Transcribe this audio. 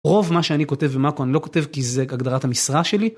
רוב מה שאני כותב ומה אני לא כותב כי זה הגדרת המשרה שלי.